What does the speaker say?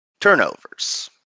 turnovers